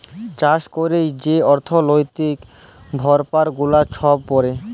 চাষ ক্যইরে যে অথ্থলৈতিক পরভাব গুলা ছব পড়ে